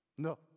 No